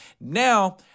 Now